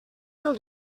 del